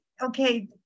okay